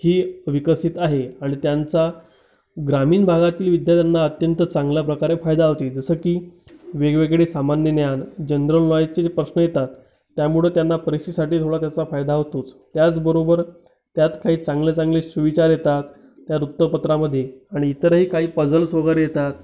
ही विकसित आहेत आणि त्यांचा ग्रामीण भागातील विद्यार्थ्यांना अत्यंत चांगल्या प्रकारे फायदा होते जसं की वेगळेवेगळे सामान्य ज्ञान जनरल नॉलेजचे जे प्रश्न येतात त्यामुळं त्यांना परीक्षेसाठी थोडा त्यांचा फायदा होतोच त्याचबरोबर त्यात काही चांगले चांगले सुविचार येतात त्या वृत्तपत्रांमध्ये आणि इतरही काही पझल्स वगैरे येतात